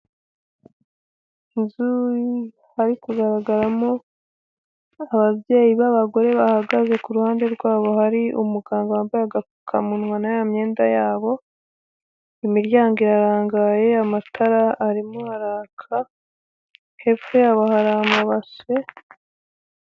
Inzu hari kugaragaramo ababyeyi b'abagore bahagaze ku ruhande rwabo hari umuganga wambaye agapfukamunwa na ya myenda yabo, imiryango irarangaye, amatara arimo araka, hepfo yabo hari amabase.